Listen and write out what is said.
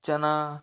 चना